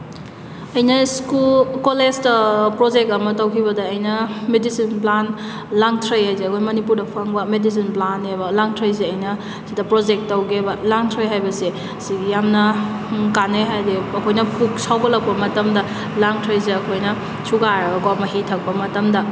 ꯑꯩꯅ ꯁ꯭ꯀꯨꯞ ꯀꯣꯂꯦꯖꯇ ꯄ꯭ꯔꯣꯖꯦꯛ ꯑꯃ ꯇꯧꯈꯤꯕꯗ ꯑꯩꯅ ꯃꯦꯗꯤꯁꯤꯟ ꯄ꯭ꯂꯥꯟ ꯂꯥꯡꯊ꯭ꯔꯩ ꯍꯥꯏꯕꯁꯦ ꯑꯩꯈꯣꯏ ꯃꯅꯤꯄꯨꯔꯗ ꯐꯪꯕ ꯃꯦꯗꯤꯁꯤꯟ ꯄ꯭ꯂꯥꯟꯅꯦꯕ ꯂꯥꯡꯊ꯭ꯔꯩꯁꯦ ꯑꯩꯅ ꯑꯁꯤꯗ ꯄ꯭ꯔꯣꯖꯦꯛ ꯇꯧꯒꯦꯕ ꯂꯥꯡꯊ꯭ꯔꯩ ꯍꯥꯏꯕꯁꯦ ꯁꯤꯒꯤ ꯌꯥꯝꯅ ꯀꯥꯟꯅꯩ ꯍꯥꯏꯕꯗꯤ ꯑꯩꯈꯣꯏꯅ ꯄꯨꯛ ꯁꯥꯎꯒꯠꯂꯛꯄ ꯃꯇꯝꯗ ꯂꯥꯡꯊ꯭ꯔꯩꯁꯦ ꯑꯩꯈꯣꯏꯅ ꯁꯨꯒꯥꯏꯔꯒꯀꯣ ꯃꯍꯤ ꯊꯛꯄ ꯃꯇꯝꯗ